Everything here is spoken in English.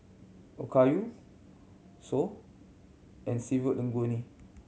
Okayu Pho and Seafood Linguine